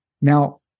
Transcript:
Now